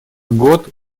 год